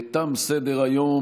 תם סדר-היום.